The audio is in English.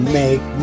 make